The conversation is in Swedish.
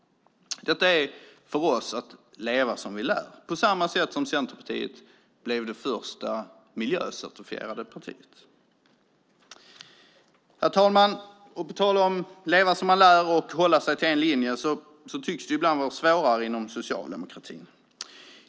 Detta är för oss att leva som vi lär, på samma sätt som Centerpartiet blev det första miljöcertifierade partiet. Herr talman! På tal om att leva som man lär och hålla sig till en linje tycks det ibland vara svårare inom socialdemokratin.